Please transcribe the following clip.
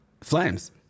flames